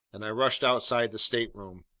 and i rushed outside the stateroom.